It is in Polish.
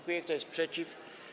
Kto jest przeciw?